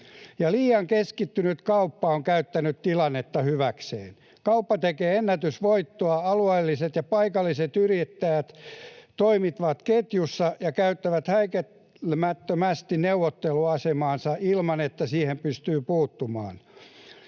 Liian keskittynyt kauppa on käyttänyt tilannetta hyväkseen. Kauppa tekee ennätysvoittoa. Alueelliset ja paikalliset yrittäjät toimivat ketjussa ja käyttävät häikäilemättömästi neuvotteluasemaansa ilman, että siihen pystyy puuttumaan.